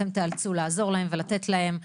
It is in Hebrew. אתם תיאלצו לעזור להם ולתת להם.